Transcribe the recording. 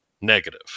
negative